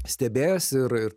stebėjęs ir ir